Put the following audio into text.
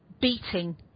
beating